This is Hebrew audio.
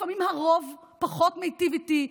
לפעמים הרוב פחות מיטיב איתי,